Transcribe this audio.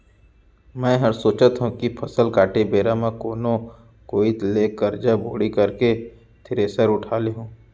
मैं हर सोचत हँव कि फसल काटे बेरा म कोनो कोइत ले करजा बोड़ी करके थेरेसर उठा लेहूँ